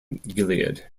gilead